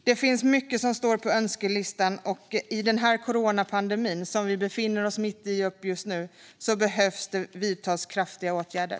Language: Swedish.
Det står mycket på önskelistan, och i coronapandemin som vi nu befinner oss mitt i behöver det vidtas kraftfulla åtgärder.